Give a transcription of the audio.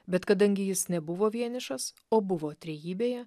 bet kadangi jis nebuvo vienišas o buvo trejybėje